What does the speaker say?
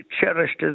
cherished